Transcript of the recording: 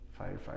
Firefighter